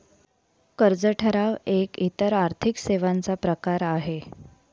कर्ज ठराव एक इतर आर्थिक सेवांचा प्रकार आहे